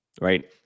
right